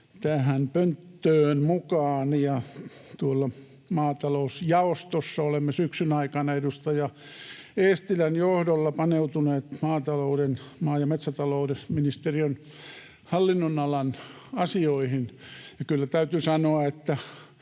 tähän pönttöön mukaan. — Tuolla maatalousjaostossa olemme syksyn aikana edustaja Eestilän johdolla paneutuneet maa- ja metsätalousministeriön hallinnon-alan asioihin, ja kyllä täytyy sanoa,